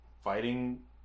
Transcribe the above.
fighting